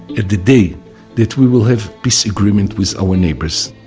at the day that we will have peace agreement with our neighbors.